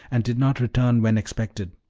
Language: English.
and did not return when expected